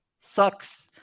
sucks